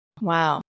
Wow